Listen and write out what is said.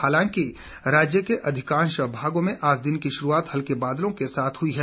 हालांकि राज्य के अधिकांश भागों में आज दिन की शुरूआत हल्के बादलों के साथ शुरू हुई है